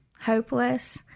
hopeless